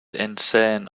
insane